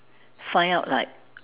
find out like